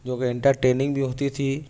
جوکہ انٹرٹیننگ بھی ہوتی تھی